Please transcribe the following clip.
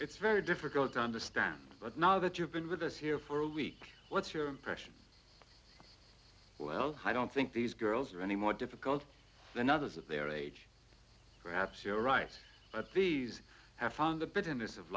it's very difficult to understand but now that you've been with us here for a week what's your impression well i don't think these girls are any more difficult than others of their age perhaps you're right at the half hour in the bitterness of